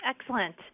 Excellent